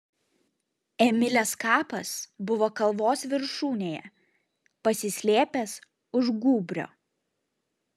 emilės kapas buvo kalvos viršūnėje pasislėpęs už gūbrio